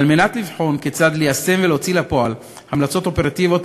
לבחון כיצד ליישם ולהוציא לפועל המלצות אופרטיביות,